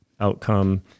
outcome